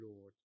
Lord